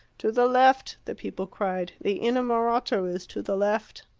to the left! the people cried. the innamorato is to the left.